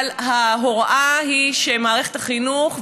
אבל ההוראה היא שמערכת החינוך,